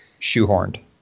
shoehorned